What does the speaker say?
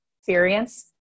experience